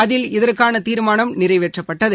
அதில் இதற்கானதீர்மானம் நிறைவேற்றப்பட்டது